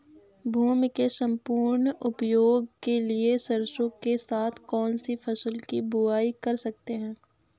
भूमि के सम्पूर्ण उपयोग के लिए सरसो के साथ कौन सी फसल की बुआई कर सकते हैं?